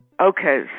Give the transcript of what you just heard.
Okay